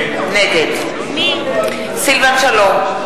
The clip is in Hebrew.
נגד סילבן שלום,